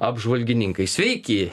apžvalgininkai sveiki